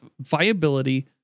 viability